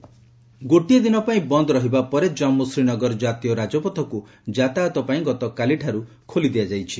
JK highway ଗୋଟିଏ ଦିନ ପାଇଁ ବନ୍ଦ ରହିବା ପରେ ଜାମ୍ମୁ ଶ୍ରୀନଗର ଜାତୀୟ ରାଜପଥକ୍ ଯାତାୟତ ପାଇଁ ଗତକାଲିଠାରୁ ଖୋଲାଯାଇଛି